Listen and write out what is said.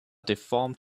deformed